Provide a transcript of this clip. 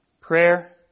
prayer